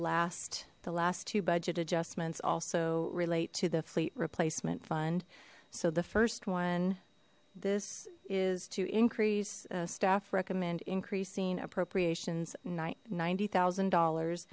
last the last two budget adjustments also relate to the fleet replacement fund so the first one this is to increase staff recommend increasing appropriations ninety thousand dollars